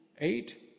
Eight